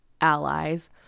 allies